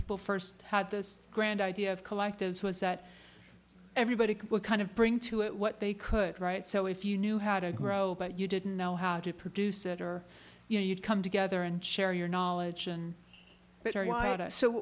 people first had this grand idea of collectives was that everybody kind of bring to it what they could write so if you knew how to grow but you didn't know how to produce it or you know you'd come together and share your knowledge and so